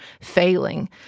failing